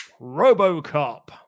RoboCop